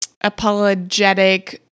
apologetic